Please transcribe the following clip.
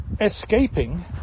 escaping